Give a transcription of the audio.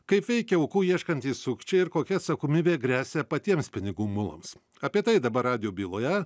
kaip veikia aukų ieškantys sukčiai ir kokia atsakomybė gresia patiems pinigų mulams apie tai dabar radijo byloje